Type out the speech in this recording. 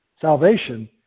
salvation